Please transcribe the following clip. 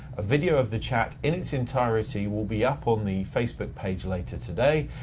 a video of the chat in its entirety will be up on the facebook page later today,